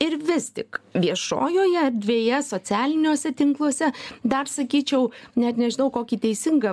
ir vis tik viešojoje erdvėje socialiniuose tinkluose dar sakyčiau net nežinau kokį teisingą